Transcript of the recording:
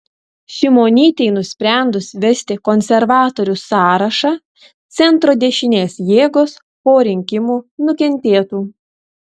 šimonytei nusprendus vesti konservatorių sąrašą centro dešinės jėgos po rinkimų nukentėtų